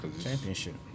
Championship